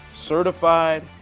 certified